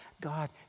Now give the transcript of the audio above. God